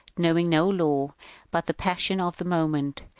knowing no law but the passion of the moment,